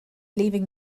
leaving